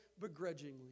begrudgingly